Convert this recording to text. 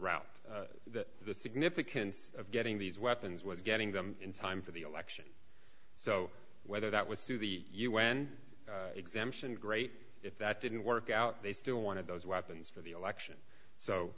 route that the significance of getting these weapons was getting them in time for the election so whether that was through the u n exemption great if that didn't work out they still wanted those weapons for the election so